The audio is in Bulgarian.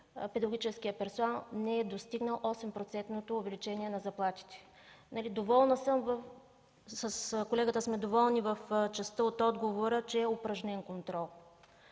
педагогическият персонал не е постигнал 8-процетното увеличение на заплатите. С колегата сме доволни в частта от отговора, че е упражнен контрол,